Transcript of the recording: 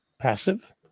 passive